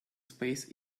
space